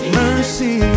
mercy